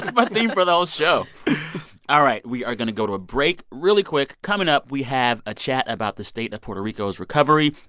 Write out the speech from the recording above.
my theme for so all right, we are going to go to a break really quick. coming up, we have a chat about the state of puerto rico's recovery,